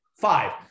five